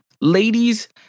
ladies